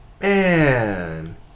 Man